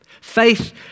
Faith